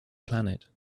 planet